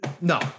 No